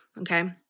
okay